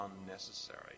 unnecessary